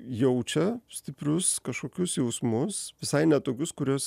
jaučia stiprius kažkokius jausmus visai ne tokius kuriuos